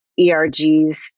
ERGs